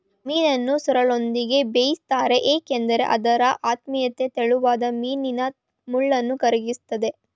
ಮೀನನ್ನು ಸೋರ್ರೆಲ್ನೊಂದಿಗೆ ಬೇಯಿಸ್ತಾರೆ ಏಕೆಂದ್ರೆ ಅದರ ಆಮ್ಲೀಯತೆ ತೆಳುವಾದ ಮೀನಿನ ಮೂಳೆನ ಕರಗಿಸ್ತದೆ